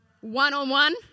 one-on-one